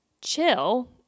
chill